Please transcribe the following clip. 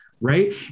Right